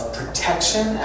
protection